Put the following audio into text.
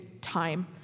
time